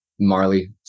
Marley